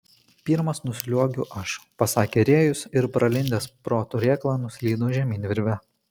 pirmas nusliuogiu aš pasakė rėjus ir pralindęs pro turėklą nuslydo žemyn virve